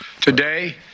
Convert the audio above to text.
Today